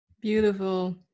Beautiful